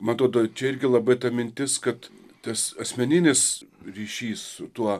ma atodo čia irgi labai ta mintis kad tas asmeninis ryšys su tuo